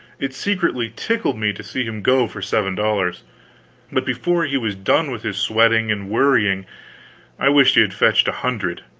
it secretly tickled me to see him go for seven dollars but before he was done with his sweating and worrying i wished he had fetched a hundred.